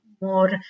more